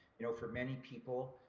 you know, for many people,